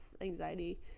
anxiety